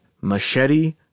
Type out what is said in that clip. machete